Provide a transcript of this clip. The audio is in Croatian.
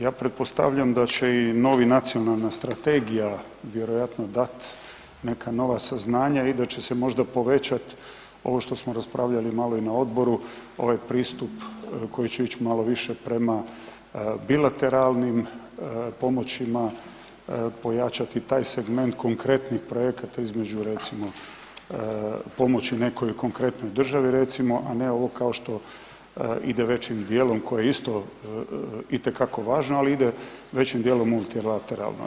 Ja pretpostavljam da će i nova nacionalna strategija vjerojatno dat neka nova saznanja i da će se možda povećati ovo što smo raspravljali malo i na odboru, ovaj pristup koji će ići malo više prema bilateralnim pomoćima, pojačati taj segment konkretnih projekata između recimo pomoći nekoj konkretnoj državi recimo, a ne ovo kao što ide većim dijelom koji je isto itekako važno ali ide većim dijelom multilateralno.